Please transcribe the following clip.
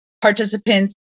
participants